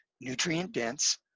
nutrient-dense